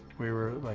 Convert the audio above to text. we were, like,